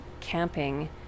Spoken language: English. camping